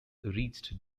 reached